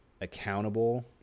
accountable